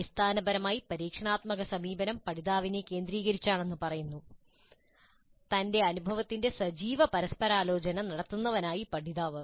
അടിസ്ഥാനപരമായി പരീക്ഷണാത്മക സമീപനം പഠിതാവിനെ കേന്ദ്രീകരിച്ചാണെന്ന് പറയുന്നു തന്റെ അനുഭവത്തിന്റെ സജീവ പരസ്പരാലോചന നടത്തുന്നവനായി പഠിതാവ്